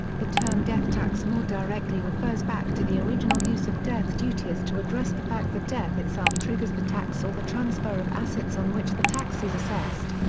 the term death tax more directly refers back to the original use of death duties to address the fact that death itself triggers the tax or the transfer of assets on which the tax is assessed.